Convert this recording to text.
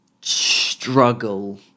struggle